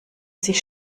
sich